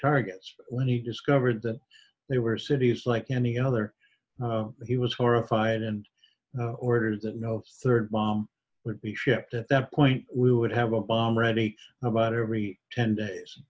targets when he discovered that they were cities like any other he was horrified and ordered that no third bomb would be shipped at that point we would have a bomb ready about every ten days